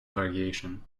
variation